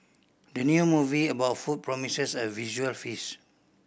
the new movie about food promises a visual feast